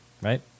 right